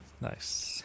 Nice